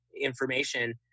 information